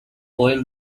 boy